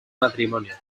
matrimonio